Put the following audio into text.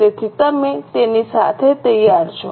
તેથી તમે તેની સાથે તૈયાર છો